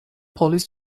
police